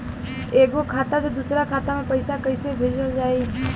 एगो खाता से दूसरा खाता मे पैसा कइसे भेजल जाई?